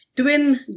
twin